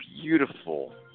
beautiful